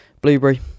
Blueberry